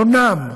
הונם,